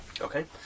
Okay